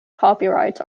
copyrights